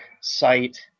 site